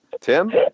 Tim